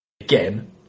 Again